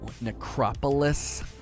Necropolis